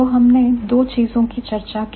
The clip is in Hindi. तो हमने दो चीजों की चर्चा की